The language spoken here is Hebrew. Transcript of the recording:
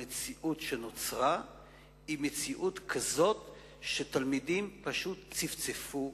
המציאות שנוצרה היא כזו שתלמידים פשוט צפצפו,